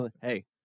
Hey